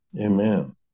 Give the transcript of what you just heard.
Amen